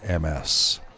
ms